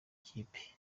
ikipe